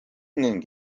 ning